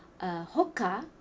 uh Hoka